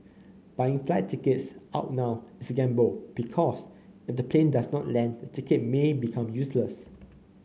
buying flight tickets out now is gamble because if the plane does not land the ticket may become useless